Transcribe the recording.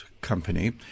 company